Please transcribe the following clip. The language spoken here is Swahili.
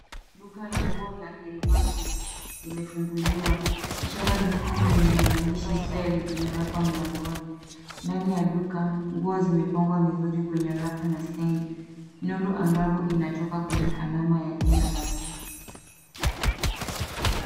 Duka la nguo la Hill marten limefunguliwa. Ishara nyekundu zenye maandishi sale zimewekwa mlangoni. Ndani ya duka, nguo zimepangwa vizuri kwenye rafu na stendi. Nuru angavu inatoka kwenye alama ya jina la duka.